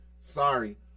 sorry